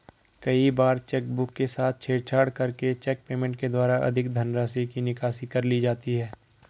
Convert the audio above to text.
कई बार चेकबुक के साथ छेड़छाड़ करके चेक पेमेंट के द्वारा अधिक धनराशि की निकासी कर ली जाती है